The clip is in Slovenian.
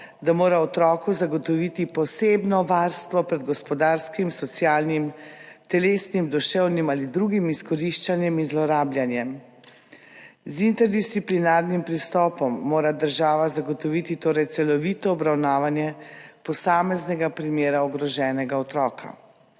da mora otroku zagotoviti posebno varstvo pred gospodarskim, socialnim, telesnim, duševnim ali drugim izkoriščanjem in zlorabljanjem. Z interdisciplinarnim pristopom mora država zagotoviti torej celovito obravnavanje posameznega primera ogroženega otroka